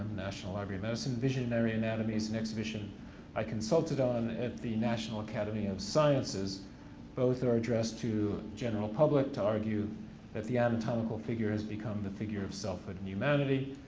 national library of medicine. visionary anatomies an exhibition i consulted on at the national academy of sciences both are addressed to general public to argue that the anatomical figure has become the figure of selfhood in humanity.